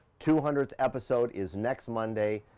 two hundredth episode is next monday.